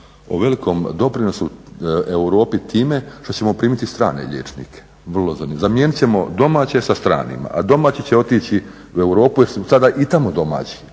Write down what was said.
o velikom doprinosu Europi time što ćemo primiti strane liječnike. Zamijenit ćemo domaće sa stranima, a domaći će otići u Europu jer su sada i tamo domaći